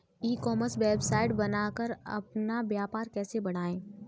ई commerce website बनाकर अपना व्यापार कैसे बढ़ाएँ?